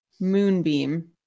Moonbeam